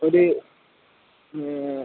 ഒരു